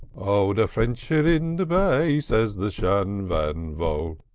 o the frinch are in the bay, says the shan van vaught.